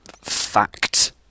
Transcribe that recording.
fact